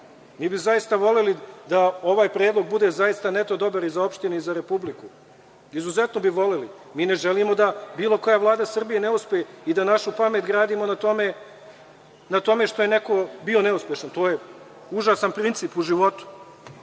Mi bi zaista voleli da ovaj predlog bude zaista neto dobar i za opštine i za Republiku, izuzetno bi voleli. Mi ne želimo da bilo koja Vlada Srbije ne uspe i da našu pamet gradimo na tome što je neko bio neuspešan. To je užasan princip u životu,